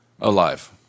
Alive